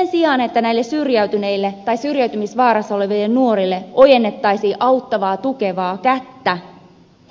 sen sijaan että näille syrjäytyneille tai syrjäytymisvaarassa oleville nuorille ojennettaisiin auttavaa tukevaa kättä